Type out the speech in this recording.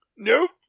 Nope